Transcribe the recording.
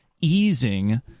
easing